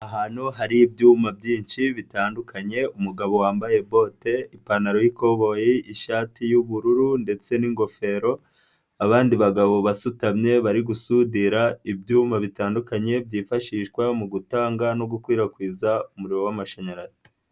Ahantu hari ibyuma byinshi bitandukanye, umugabo wambaye bote, ipantaro y'ikoboyi, ishati y'ubururu ndetse n'ingofero, abandi bagabo basutamye bari gusudira ibyuma bitandukanye, byifashishwa mu gutanga no gukwirakwiza umuriro w'amashanyarazi.